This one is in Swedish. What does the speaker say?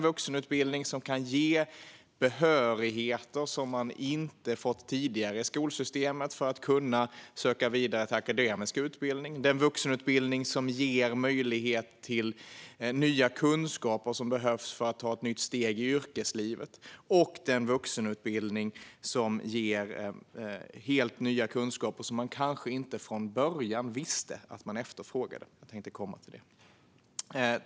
Vuxenutbildningen kan ge behörigheter som man inte fått tidigare i skolsystemet för att kunna söka vidare till akademisk utbildning, den kan ge möjlighet till nya kunskaper som behövs för att ta ett nytt steg i yrkeslivet och den kan ge helt nya kunskaper som man kanske inte från början visste att man efterfrågade. Jag återkommer till det.